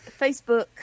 Facebook